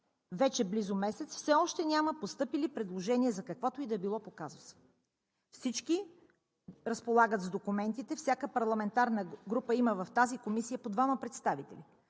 вече близо месец, все още няма постъпили предложения за каквото и да било по казуса. Всички разполагат с документите, всяка парламентарна група има в тази комисия по двама представители.